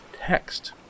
text